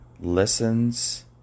listens